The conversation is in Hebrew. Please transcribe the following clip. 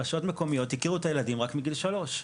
רשויות מקומיות הכירו את הילדים רק מגיל שלוש,